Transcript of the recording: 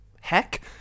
heck